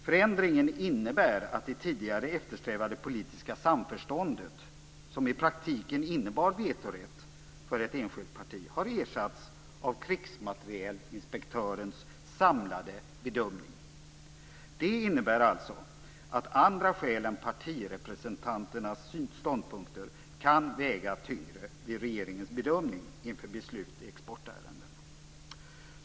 Förändringen innebär att det tidigare eftersträvade politiska samförståndet, som i praktiken innebar vetorätt för ett enskilt parti, har ersatts av krigsmaterielinspektörens samlade bedömning. Det innebär alltså att andra skäl än partirepresentanternas ståndpunkter kan väga tyngre vid regeringens bedömning inför beslut i exportärendena.